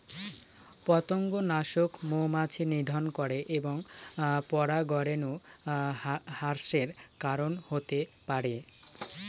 পতঙ্গনাশক মৌমাছি নিধন করে এবং পরাগরেণু হ্রাসের কারন হতে পারে